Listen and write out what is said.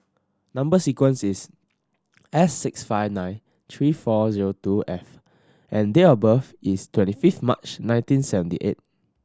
number sequence is S six five nine three four zero two F and date of birth is twenty fifth March nineteen seventy eight